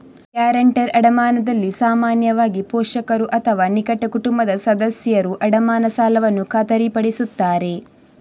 guarantor ಅಡಮಾನದಲ್ಲಿ ಸಾಮಾನ್ಯವಾಗಿ, ಪೋಷಕರು ಅಥವಾ ನಿಕಟ ಕುಟುಂಬದ ಸದಸ್ಯರು ಅಡಮಾನ ಸಾಲವನ್ನು ಖಾತರಿಪಡಿಸುತ್ತಾರೆ